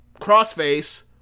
Crossface